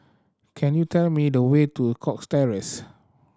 can you tell me the way to Cox Terrace